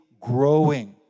Growing